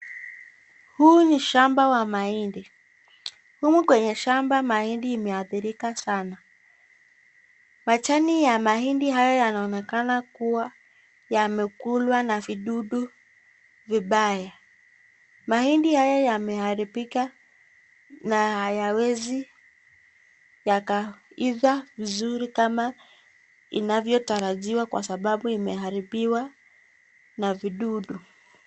Huu ni Shamba ya mahindi humu kwenye shamba mahindi imeatirika sana, majani ya mahindi inaonekana kuwa yamekulwa na vidudu vibaya, mahindi haya yamearibika na hayawezi yakaivaa vizuri kama inavyotarajiwa kwa sababu imeharibiwa na vidudu.